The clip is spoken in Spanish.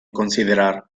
considerar